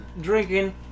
drinking